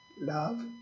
Love